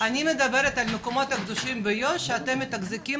אני מדברת על המקומות הקדושים ביו"ש שאתם מתחזקים